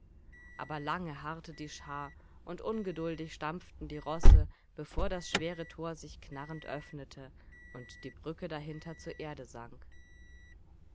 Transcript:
aber lange harrte die schar und ungeduldig stampften die rosse bevor das schwere tor sich knarrend öffnete und die brücke dahinter zur erde sank